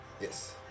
Yes